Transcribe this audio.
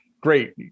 Great